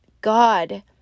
God